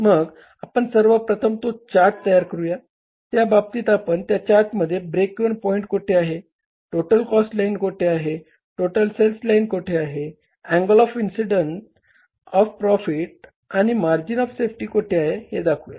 मग आपण सर्वप्रथम तो चार्ट तयार करूया त्या बाबतीत आपण त्या चार्टमध्ये ब्रेक इव्हन पॉईंट कोठे आहे टोटल कॉस्ट लाईन कोठे आहे टोटल सेल्स लाईन कोठे आहे angle of incident of profit आणि मार्जिन ऑफ सेफ्टी कोठे आहे हे दाखवूया